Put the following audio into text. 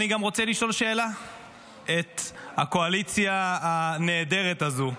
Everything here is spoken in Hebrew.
אני גם רוצה לשאול את הקואליציה הנהדרת הזאת שאלה: